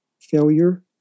failure